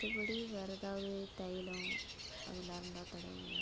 மற்றபடி வேறே எதாவது தைலம் அதலாம் இருந்தால் தடவுவோம்